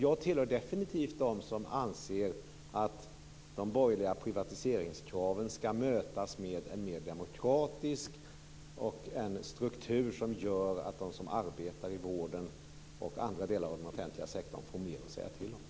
Jag tillhör definitivt dem som anser att de borgerliga privatiseringskraven ska mötas med en mer demokratisk struktur, som gör att de som arbetar inom vården och i andra delar av den offentliga sektorn får mer att säga till om.